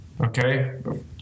Okay